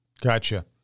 Gotcha